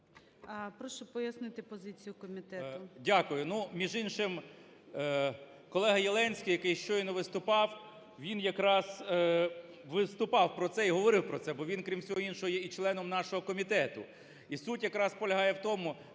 Прошу пояснити позицію комітету.